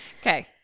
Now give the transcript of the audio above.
Okay